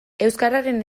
euskararen